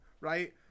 right